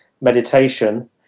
meditation